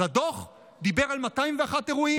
אז הדוח דיבר על 201 אירועים,